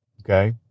Okay